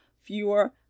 fewer